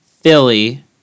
Philly